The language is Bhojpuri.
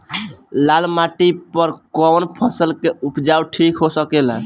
लाल माटी पर कौन फसल के उपजाव ठीक हो सकेला?